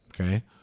Okay